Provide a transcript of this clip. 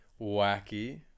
wacky